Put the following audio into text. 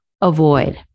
avoid